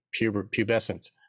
pubescent